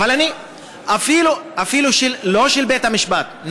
אבל אפילו לא של בית-המשפט.